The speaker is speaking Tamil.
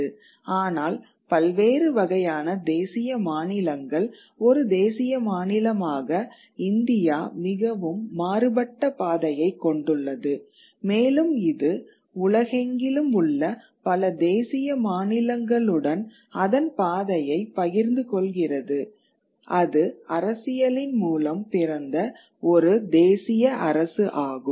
ஆனால் பல்வேறு வகையான தேசிய மாநிலங்கள் ஒரு தேசிய மாநிலமாக இந்தியா மிகவும் மாறுபட்ட பாதையை கொண்டுள்ளது மேலும் இது உலகெங்கிலும் உள்ள பல தேசிய மாநிலங்களுடன் அதன் பாதையை பகிர்ந்து கொள்கிறது அது அரசியலின் மூலம் பிறந்த ஒரு தேசிய அரசு ஆகும்